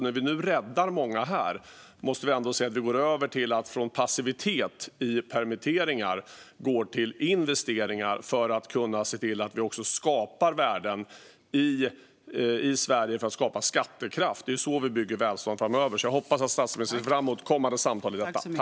När vi nu räddar många måste vi ändå se till att gå över från passivitet i permitteringar till investeringar för att kunna se till att vi också skapar värden i Sverige för att skapa skattekraft. Det är så vi bygger välstånd framöver. Jag hoppas därför att statsministern ser fram mot kommande samtal om detta.